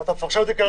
אתה מפרשן אותי כרגע.